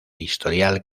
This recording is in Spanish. historial